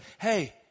hey